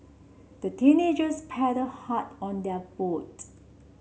the teenagers paddled hard on their boat